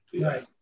Right